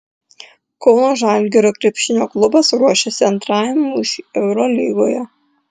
kauno žalgirio krepšinio klubas ruošiasi antrajam mūšiui eurolygoje